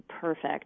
perfect